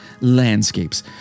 landscapes